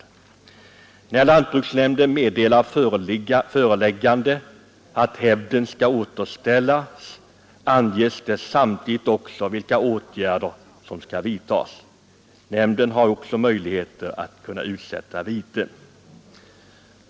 När lantbruksnämnden meddelar föreläggande att hävden skall återställas anger den samtidigt också vilka åtgärder som skall vidtas. Nämnden har också möjlighet att utsätta vite.